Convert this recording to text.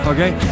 Okay